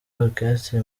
orchestre